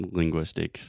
linguistic